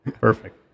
Perfect